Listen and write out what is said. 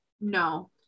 no